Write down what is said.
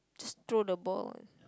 just throw the ball